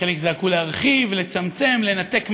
חלק זעקו להרחיב, לצמצם, לנתק מהחשמל,